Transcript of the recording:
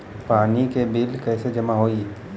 पानी के बिल कैसे जमा होयी?